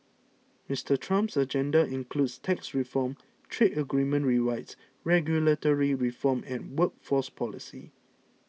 Mister Trump's agenda includes tax reform trade agreement rewrites regulatory reform and workforce policy